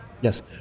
Yes